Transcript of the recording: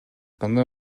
кандай